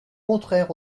contraire